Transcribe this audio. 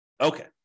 Okay